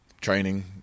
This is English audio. Training